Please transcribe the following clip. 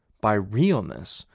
by realness,